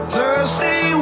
Thursday